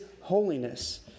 holiness